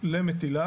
לא הולך.